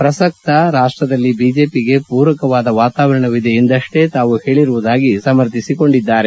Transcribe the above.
ಪ್ರಸಕ್ತ ರಾಷ್ಟದಲ್ಲಿ ಬಿಜೆಪಿಗೆ ಪೂರಕವಾದ ವಾತಾವರಣವಿದೆ ಎಂದಷ್ಟೇ ತಾವು ಹೇಳಿರುವುದಾಗಿ ಎಂದು ಸಮರ್ಥಿಸಿಕೊಂಡಿದ್ದಾರೆ